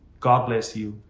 god bless you.